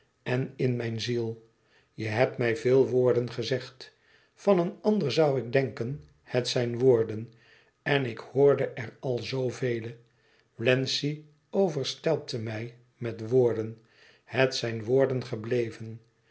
en in mijn ziel je hebt mij veel woorden gezegd van een ander zoû ik denken het zijn woorden en ik hoorde er al zoovele wlenzci overstelpte mij met woorden het zijn woorden gebleven